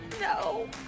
No